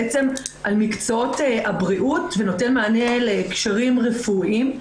מקצועות הבריאות ונותן מענה לקשרים רפואיים,